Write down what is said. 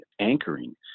anchoring